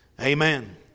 amen